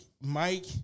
Mike